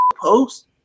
post